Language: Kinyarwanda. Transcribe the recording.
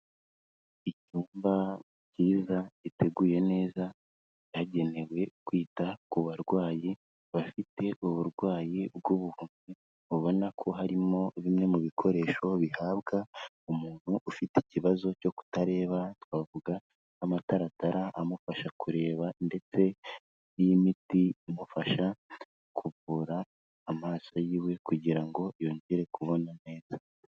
Icyumba cyiza giteguye neza, cyagenewe kwita ku barwayi bafite uburwayi bw'ubuhumyi, ubona ko harimo bimwe mu bikoresho bihabwa umuntu ufite ikibazo cyo kutareba, twavuga nk'amataratara amufasha kureba ndetse n'iyi imiti imufasha kuvura amaso yiwe kugira ngo yongere kubona neza.